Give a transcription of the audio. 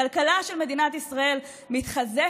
הכלכלה של מדינת ישראל מתחזקת,